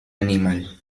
animal